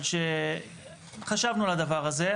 אבל שחשבנו על הדבר הזה,